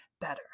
better